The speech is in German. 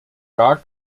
gar